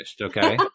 okay